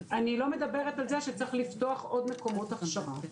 ואני לא מדברת על זה שצריך לפתוח עוד מקומות הכשרה.